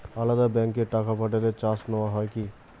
আলাদা ব্যাংকে টাকা পাঠালে চার্জ নেওয়া হয় কি?